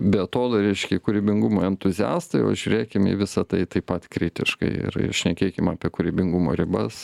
beatodairiški kūrybingumo entuziastai o žiūrėkim į visą tai taip pat kritiškai ir šnekėkim apie kūrybingumo ribas